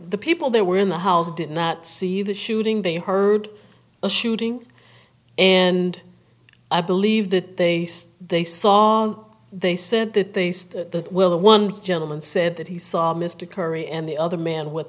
the people that were in the house did not see the shooting they heard the shooting and i believe that they they saw they said that they will the one gentleman said that he saw mr curry and the other man w